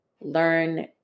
learn